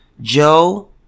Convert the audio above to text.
Joe